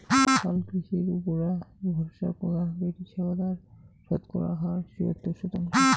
হালকৃষির উপুরা ভরসা করা বেটিছাওয়ালার শতকরা হার চুয়াত্তর শতাংশ